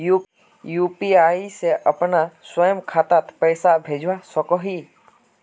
UPI से अपना स्वयं खातात पैसा भेजवा सकोहो ही?